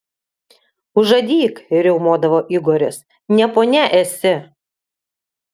užadyk riaumodavo igoris ne ponia esi